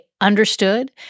understood